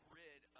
rid